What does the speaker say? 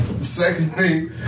Secondly